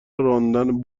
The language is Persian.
راندن